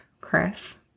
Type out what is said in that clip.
Chris